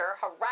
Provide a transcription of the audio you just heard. harass